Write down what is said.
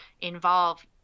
involve